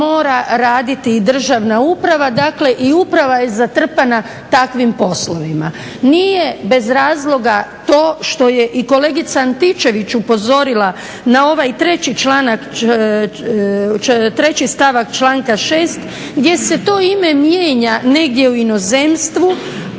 mora raditi i državna uprava. Dakle i uprava je zatrpana takvim poslovima. Nije bez razloga to što je i kolegica Antičević upozorila na ovaj treći stavak članka 6. gdje se to ime mijenja negdje u inozemstvu